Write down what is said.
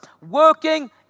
working